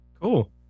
Cool